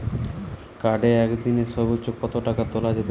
কার্ডে একদিনে সর্বোচ্চ কত টাকা তোলা যেতে পারে?